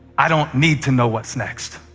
i don't need to know what's next.